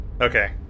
okay